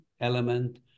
element